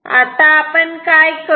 आता आपण काय करू